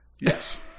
Yes